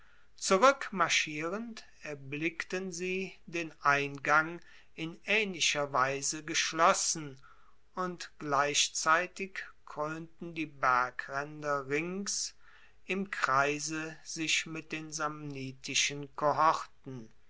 zurueckmarschierend erblickten sie den eingang in aehnlicher weise geschlossen und gleichzeitig kroenten die bergraender rings im kreise sich mit den samnitischen kohorten